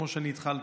כמו שאני התחלתי,